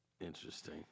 interesting